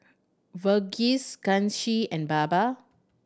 Verghese Kanshi and Baba